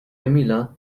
emila